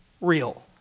real